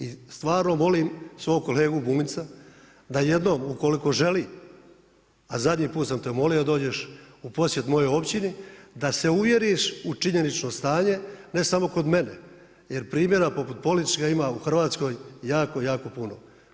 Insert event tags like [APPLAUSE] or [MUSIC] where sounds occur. I stvarno molim svog kolegu Bunjca da jednom ukoliko želi, a zadnji puta sam te molio da dođeš u posjet mojoj općini da se uvjeriš u činjenično stanje ne samo kod mene, jer primjera poput … [UNINTELLIGIBLE] ima u Hrvatskoj jako, jako puno.